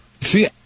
See